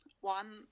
one